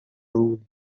rule